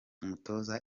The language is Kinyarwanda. umutoza